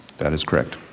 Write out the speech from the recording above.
that is correct.